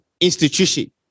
institution